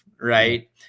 Right